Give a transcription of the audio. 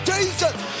Jesus